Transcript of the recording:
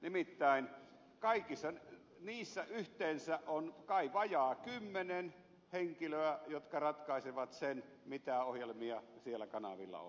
nimittäin kaikissa niissä yhteensä on kai vajaa kymmenen henkilöä jotka ratkaisevat sen mitä ohjelmia siellä kanavilla on